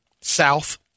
south